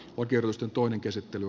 okeroisten toinen käsittely